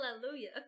Hallelujah